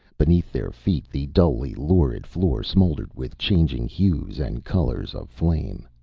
beneath their feet the dully lurid floor smoldered with changing hues and colors of flame.